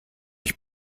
ich